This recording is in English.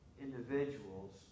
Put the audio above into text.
individuals